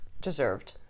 deserved